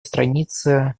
странице